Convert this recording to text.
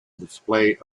display